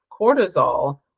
cortisol